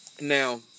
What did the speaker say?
Now